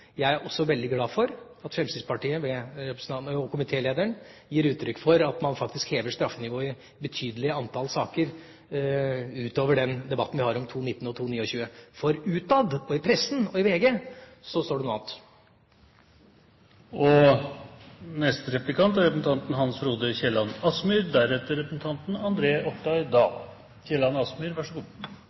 jeg ile til og si at jeg også er veldig glad for at Fremskrittspartiet, ved komitélederen, gir uttrykk for at man faktisk hever straffenivået i et betydelig antall saker utover den debatten vi har om § 219 og § 229. For utad – i pressen, og i VG – står det noe annet. Vi er nå i den noe spesielle situasjon at vi har en justisminister som styrer kriminalitetspolitikken etter finanspolitiske hensyn. Det er